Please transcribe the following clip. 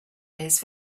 days